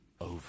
over